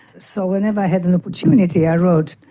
so whenever i had an opportunity i wrote,